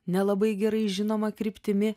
nelabai gerai žinoma kryptimi